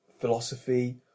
philosophy